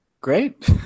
Great